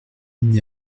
n’y